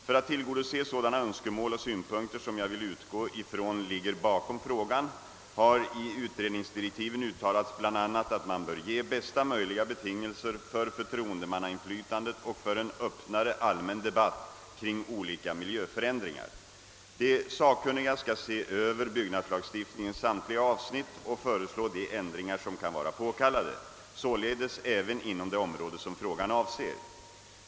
För att tillgodose sådana önskemål och synpunkter som jag vill utgå ifrån ligger bakom frågan har i utredningsdirektiven uttalats bl.a., att man bör ge hästa möjliga betingelser för förtroende mannainflytandet och för en öppnare allmän debatt kring olika miljöförändringar. De sakkunniga skall se över byggnadslagstiftningens samtliga avsnitt och föreslå de ändringar som kan vara påkallade, således även inom det område som frågan avser.